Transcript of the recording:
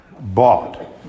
bought